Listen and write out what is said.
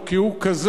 או כי הוא כזה,